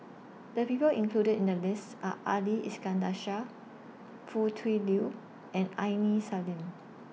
The People included in The list Are Ali Iskandar Shah Foo Tui Liew and Aini Salim